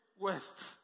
west